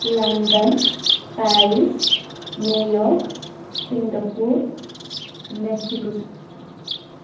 London Paris New York Singapore Mexico city